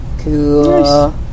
Cool